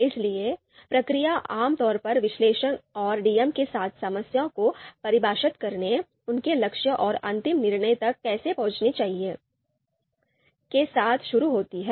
इसलिए प्रक्रिया आम तौर पर विश्लेषक और डीएम के साथ समस्या को परिभाषित करने उनके लक्ष्यों और अंतिम निर्णय तक कैसे पहुंचनी चाहिए के साथ शुरू होती है